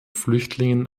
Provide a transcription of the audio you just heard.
flüchtlingen